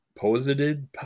posited